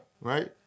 Right